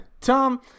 Tom